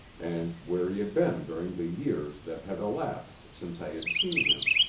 and where he had been during the years that had elapsed since i had seen him.